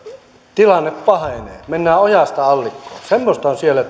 tilanne pahenee mennään ojasta allikkoon semmoista on siellä